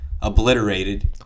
obliterated